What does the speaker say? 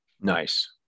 Nice